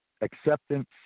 acceptance